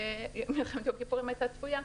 שמלחמת יום הכיפורים הייתה צפויה,